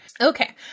Okay